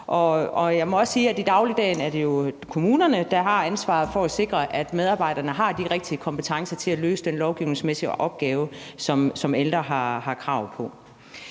og jeg må også sige, at i dagligdagen er det jo kommunerne, der har ansvaret for at sikre, at medarbejderne har de rigtige kompetencer til at løse den plejemæssige opgave, som ældre har krav på